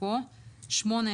אז הוא לא חייב.